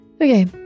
Okay